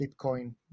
Bitcoin